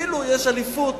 אפילו יש אליפות,